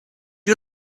you